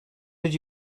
did